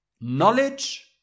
Knowledge